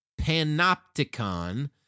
Panopticon